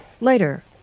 Later